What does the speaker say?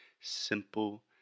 simple